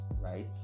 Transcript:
right